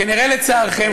כנראה לצערכם,